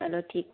हलो ठीकु